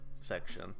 section